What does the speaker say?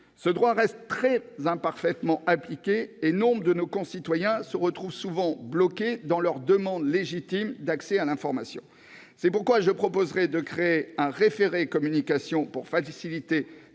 ce droit reste très imparfaitement appliqué, et nombre de nos concitoyens se retrouvent souvent bloqués dans leurs demandes légitimes d'accès à l'information. C'est pourquoi je proposerai, d'une part, de créer un référé-communication pour faciliter